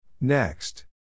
Next